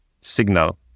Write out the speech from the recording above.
signal